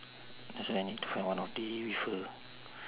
that's why I need to find one off day with her